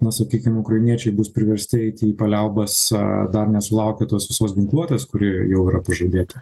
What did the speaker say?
na sakykim ukrainiečiai bus priversti eiti į paliaubas dar nesulaukę tos visos ginkluotės kurie jau yra pažadėta